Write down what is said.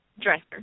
dresser